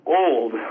old